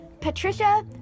Patricia